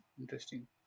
Interesting